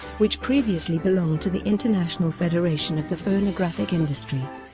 which previously belonged to the international federation of the phonographic industry,